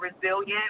resilient